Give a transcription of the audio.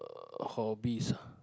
uh hobbies ah